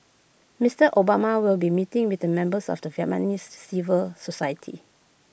Mister Obama will be meeting with the members of the Vietnamese civil society